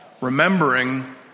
remembering